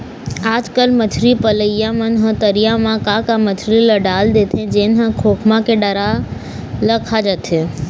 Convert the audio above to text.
आजकल मछरी पलइया मन ह तरिया म का का मछरी ल डाल देथे जेन ह खोखमा के डारा ल खा जाथे